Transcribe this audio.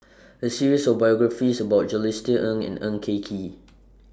A series of biographies about Jules Itier Ng and Eng K Kee